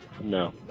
No